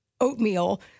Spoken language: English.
oatmeal